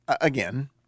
again